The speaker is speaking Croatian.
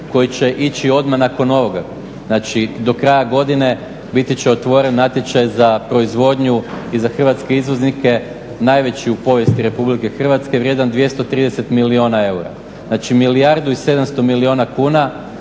koji će ići odmah nakon ovoga, znači do kraja godine biti će otvoren natječaj za proizvodnju i za hrvatske izvoznike najveći u povijesti RH vrijedan 230 milijuna eura, znači milijardu i 700 milijuna kuna